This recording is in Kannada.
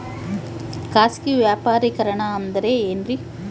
ಖಾಸಗಿ ವ್ಯಾಪಾರಿಕರಣ ಅಂದರೆ ಏನ್ರಿ?